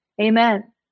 Amen